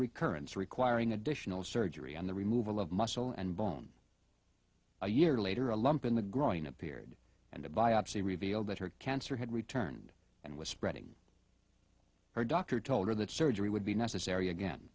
recurrence requiring additional surgery and the removal of muscle and bone a year later a lump in the growing appeared and a biopsy revealed that her cancer had returned and was spreading her doctor told her that surgery would be necessary again